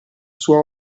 sua